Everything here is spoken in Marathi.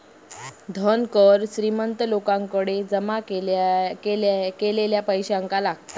धन कर श्रीमंत लोकांकडे जमा केलेल्या पैशावर लागता